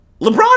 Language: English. LeBron